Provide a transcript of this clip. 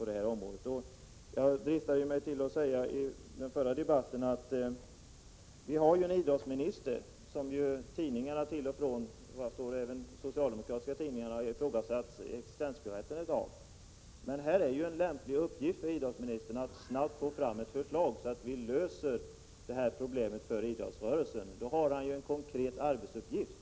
I den förra debatten dristade jag mig till att säga: Vi har en idrottsminister som tidningarna av och till — det gäller även socialdemokratiska tidningar — har ifrågasatt existensberättigandet för. Men här finns ju en lämplig uppgift för idrottsministern. Det gäller att snabbt få fram ett förslag så att vi löser problemen för idrottsrörelsen. Här har han en konkret arbetsuppgift.